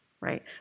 right